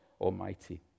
Almighty